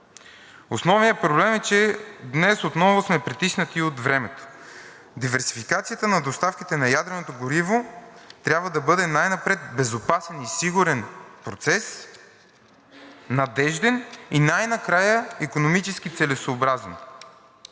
Основният проблем е, че днес отново сме притиснати от времето. Диверсификацията на доставките на ядреното гориво трябва да бъде най-напред безопасен, сигурен и надежден процес и най-накрая икономически целесъобразен.